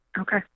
okay